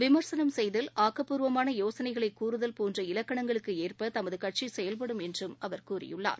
விடர்சனம் செய்தல் ஆக்கப்பூர்வமான யோசனைகளை கூறுதல் போன்ற இலக்கணங்களுக்கு ஏற்ப தமது கட்சி செயல்படும் என்றும் அவர் கூறியுள்ளார்